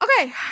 okay